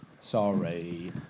Sorry